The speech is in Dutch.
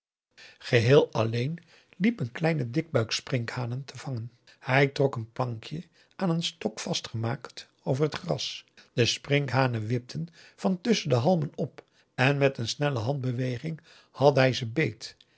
geheel alleen liep een kleine dikbuik sprinkhanen te vangen hij trok een plankje aan een stok vastgemaakt over het gras de sprinkhanen wipten van tusschen de halmen op en met een snelle handbeweging had hij ze beet